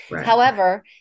However-